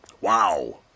wow